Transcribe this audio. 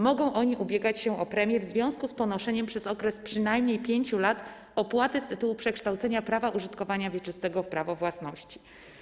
Mogą oni ubiegać się o premię w związku z ponoszeniem przez okres przynajmniej 5 lat opłaty z tytułu przekształcenia prawa użytkowania wieczystego w prawo własności.